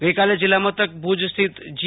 ગઈકાલે જિલ્લામથક ભુજસ્થિત જી